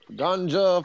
ganja